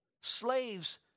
slaves